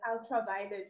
ultraviolet